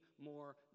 more